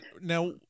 now